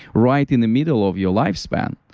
right in the middle of your lifespan.